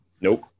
Nope